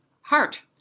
heart